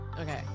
Okay